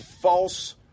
false